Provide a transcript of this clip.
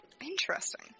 interesting